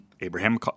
Abraham